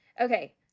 Okay